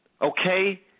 Okay